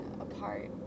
apart